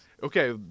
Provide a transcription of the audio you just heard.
Okay